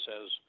says